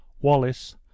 Wallace